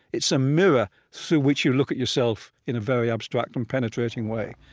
it's a mirror through which you look at yourself in a very abstract and penetrating way